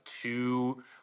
two